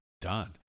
done